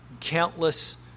countless